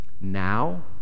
now